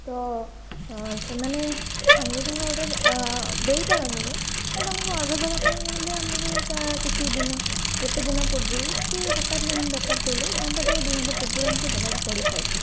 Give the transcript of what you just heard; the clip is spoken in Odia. ତ ସେମାନେ ସାଙ୍ଗେ ସାଙ୍ଗେ ଅର୍ଡର୍ ଦେଇପାରନ୍ତିନି ବଟ୍ ଆମକୁ ଅର୍ଡର୍ ଦେବା ପାଇଁ ହେଲେ ଆମକୁ ତା କିଛି ଦିନ ଗୋଟେ ଦିନ ପୂର୍ବରୁ କି ହଠାତ୍ ଏମିତି ଦରକାର ପଡ଼ିଲେ ଘଣ୍ଟାଟେ ଦୁଇ ଘଣ୍ଟା ପୂର୍ବରୁ ଆମକୁ ଦେବାକୁ ପଡ଼ିଥାଏ